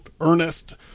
Ernest